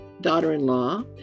daughter-in-law